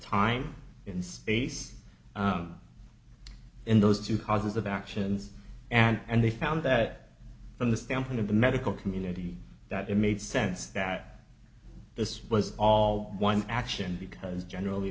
time in space in those two causes of actions and they found that from the standpoint of the medical community that it made sense that this was all one action because generally